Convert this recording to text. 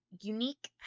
unique